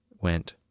went